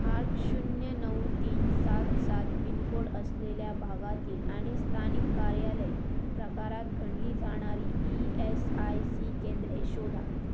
आठ शून्य नऊ तीन सात सात पिनकोड असलेल्या भागातील आणि स्थानिक कार्यालय प्रकारात गणली जाणारी ई एस आय सी केंद्रे शोधा